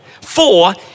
Four